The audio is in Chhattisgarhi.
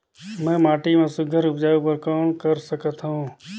मैं माटी मा सुघ्घर उपजाऊ बर कौन कर सकत हवो?